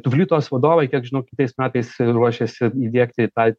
tuvlitos vadovai kiek žinau kitais metais ruošiasi įdiegti tą